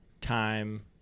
time